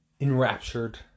enraptured